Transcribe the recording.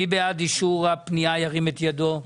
מי בעד אישור הפנייה, ירים את ידו.